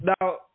Now